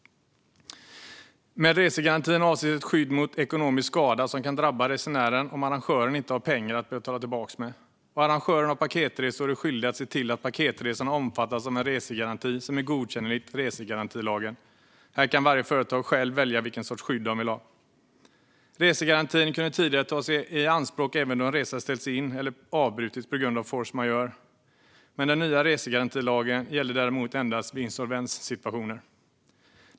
Med resegaranti avses ett skydd mot ekonomisk skada som kan drabba resenären om arrangören inte har pengar att betala tillbaka med. Arrangörer av paketresor är skyldiga att se till att paketresorna omfattas av en resegaranti som är godkänd enligt resegarantilagen. Här kan varje företagare välja själv vilket sorts skydd de vill ha. Resegarantin kunde tidigare tas i anspråk även då en resa ställdes in eller avbröts på grund av force majeure. Den nya resegarantilagen gäller däremot endast vid insolvenssituationer.